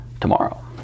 tomorrow